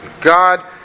God